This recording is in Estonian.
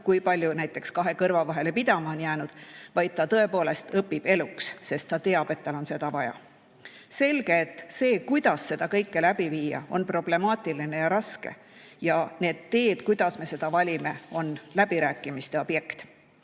kui palju näiteks kahe kõrva vahele pidama on jäänud, vaid ta tõepoolest õpib eluks, sest ta teab, et tal on seda vaja. Selge, et see, kuidas seda kõike läbi viia, on problemaatiline ja raske. Ja need teed, kuidas me seda valime, on läbirääkimiste objekt. Aga